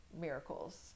miracles